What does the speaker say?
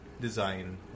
design